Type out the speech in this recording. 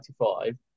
1995